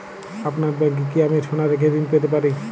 আপনার ব্যাংকে কি আমি সোনা রেখে ঋণ পেতে পারি?